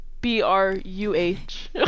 B-R-U-H